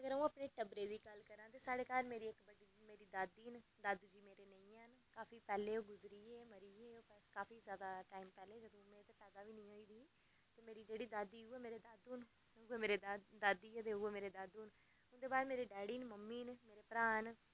अगर अंऊ अपने टब्बरै दी गल्ल करां ते साढ़े घर बड्डी इक्क दादी न दादू जी मेरे नेईं हैन काफी पैह्लें ओह् गुजरी गे हे ओह् मरी गे ते काफी टाईम पैह्लें जदूं अंऊ पैदा बी निं ही होई दी ही ते जेह्ड़ी मेरी दादी न उऐ मेरे दादू न ते मेरी दादी ऐ ते उऐ मेरे दादू न ते ओह्दे बाद मेरे डैडी मम्मी न मेरे भ्राऽ न